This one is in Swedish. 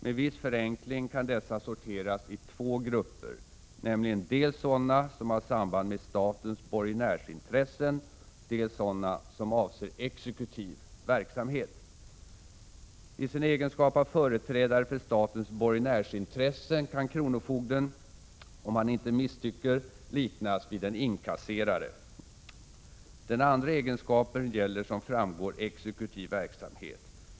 Med viss förenkling kan dessa sorteras i två grupper, nämligen dels sådana som har samband med statens borgenärsintressen, dels sådana som avser exekutiv verksamhet. I sin egenskap av företrädare för statens borgenärsintressen kan kronofogden — om denne inte misstycker — liknas vid en inkasserare. Den andra egenskapen gäller, som framgår, exekutiv verksamhet.